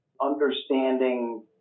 understanding